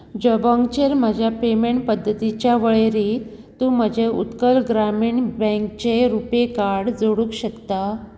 जबोंगचेर म्हज्या पेमेंट पद्दतींच्या वळेरेंत तूं म्हजें उत्कल ग्रामीण बँकचें रुपे कार्ड जोडूंक शकता